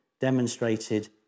demonstrated